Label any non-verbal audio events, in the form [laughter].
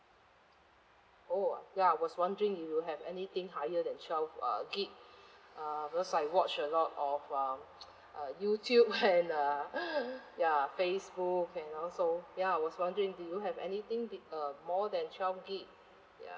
oh ya I was wondering if you have anything higher than the twelve uh gig uh because I watch a lot of um uh youtube [laughs] and uh [laughs] ya facebook you know so ya I was wondering do you have anything with uh more than twelve gig ya